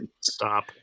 Stop